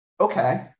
okay